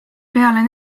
peale